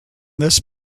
this